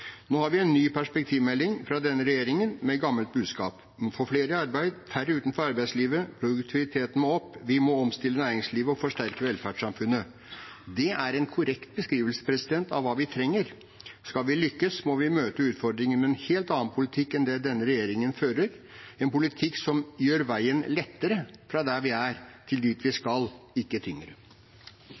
Nå har vi en ny perspektivmelding fra denne regjeringen, med gammelt budskap: Vi må få flere i arbeid og færre utenfor arbeidslivet. Produktiviteten må opp. Vi må omstille næringslivet og forsterke velferdssamfunnet. Det er en korrekt beskrivelse av hva vi trenger. Skal vi lykkes, må vi møte utfordringene med en helt annen politikk enn det denne regjeringen fører, en politikk som gjør veien lettere fra der vi er, til dit vi skal, ikke tyngre.